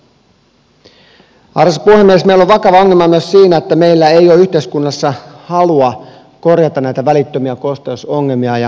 meillä on vakava ongelma myös siinä että meillä ei ole yhteiskunnassa halua korjata näitä välittömiä kosteusongelmia ja homeongelmia